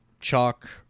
Chalk